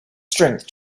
strength